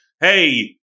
hey